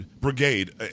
brigade